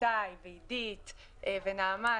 איתי ועידית ונעמה,